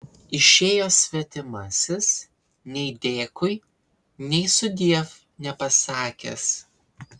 išėjo svetimasis nei dėkui nei sudiev nepasakęs